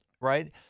Right